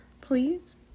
Please